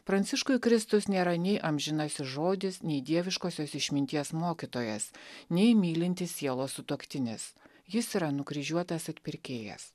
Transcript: pranciškui kristus nėra nei amžinasis žodis nei dieviškosios išminties mokytojas nei mylintys sielos sutuoktinis jis yra nukryžiuotas atpirkėjas